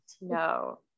no